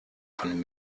von